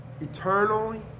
eternally